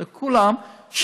לכולם,